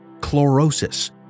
chlorosis